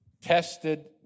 tested